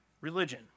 religion